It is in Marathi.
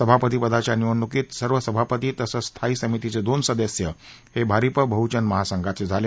सभापतीपदाच्या निवडणुकीत सर्व सभापती तसंच स्थायी समितीचे दोन सदस्य हे भारिप बहजन महासंघाचे झाले